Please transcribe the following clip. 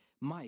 Mike